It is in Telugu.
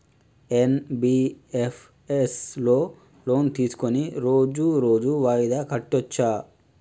ఎన్.బి.ఎఫ్.ఎస్ లో లోన్ తీస్కొని రోజు రోజు వాయిదా కట్టచ్ఛా?